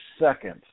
second